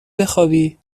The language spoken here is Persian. بخوابی